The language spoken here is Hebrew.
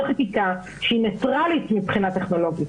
חקיקה שהיא ניטרלית מבחינה טכנולוגית.